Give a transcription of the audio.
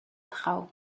drau